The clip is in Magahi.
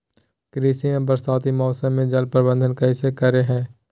कृषि में बरसाती मौसम में जल प्रबंधन कैसे करे हैय?